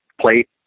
plate